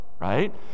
Right